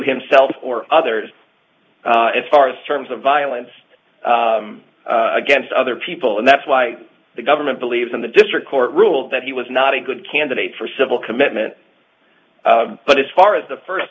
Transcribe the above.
himself or others as far as terms of violence against other people and that's why the government believes in the district court ruled that he was not a good candidate for civil commitment but as far as the first